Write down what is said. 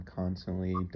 constantly